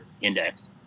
Index